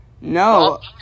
No